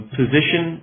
position